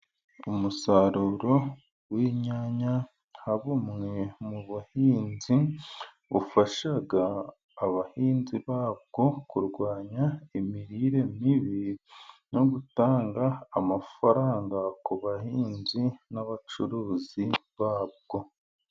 Umusaruro w'inyanya nka bumwe mu buhinzi bufasha abahinzi babwo, kurwanya imirire mibi no gutanga amafaranga ku bahinzi n'abacuruzi babwo.